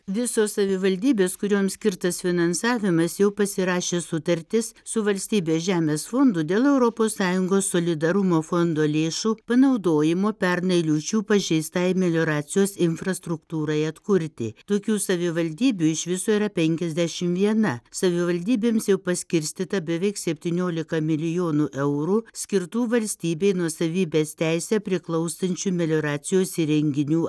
visos savivaldybės kurioms skirtas finansavimas jau pasirašė sutartis su valstybės žemės fondu dėl europos sąjungos solidarumo fondo lėšų panaudojimo pernai liūčių pažeistai melioracijos infrastruktūrai atkurti tokių savivaldybių iš viso yra penkiasdešimt viena savivaldybėms jau paskirstyta beveik septyniolika milijonų eurų skirtų valstybei nuosavybės teise priklausančių melioracijos įrenginių